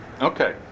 Okay